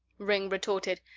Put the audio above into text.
ringg retorted,